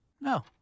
No